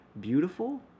beautiful